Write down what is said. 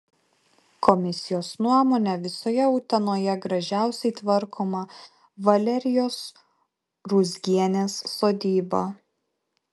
komisijos nuomone visoje utenoje gražiausiai tvarkoma valerijos ruzgienės sodyba